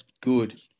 good